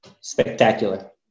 spectacular